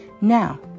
Now